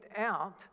out